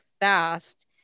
fast